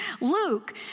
Luke